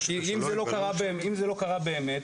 אם זה לא קרה באמת,